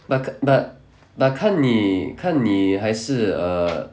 bu~ but but 看你看你还是 err